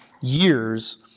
years